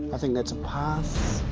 i think that's a pass.